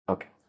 Okay